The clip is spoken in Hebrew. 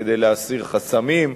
כדי להסיר חסמים,